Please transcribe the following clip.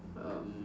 um